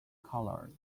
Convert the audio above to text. colored